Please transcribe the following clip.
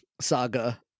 saga